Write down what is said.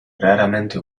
raramente